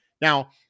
Now